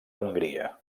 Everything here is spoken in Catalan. hongria